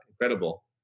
incredible